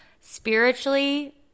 spiritually